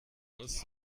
muss